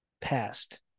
past